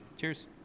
Cheers